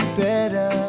better